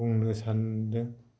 बुंनो सान्दों